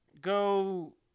go